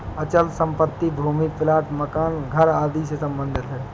अचल संपत्ति भूमि प्लाट मकान घर आदि से सम्बंधित है